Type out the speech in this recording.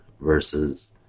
versus